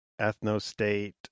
ethnostate